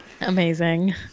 Amazing